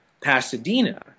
Pasadena